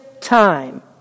time